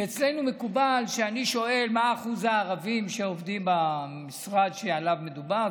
אצלנו מקובל שאני שואל מה אחוז הערבים שעובדים במשרד שעליו מדובר,